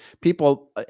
people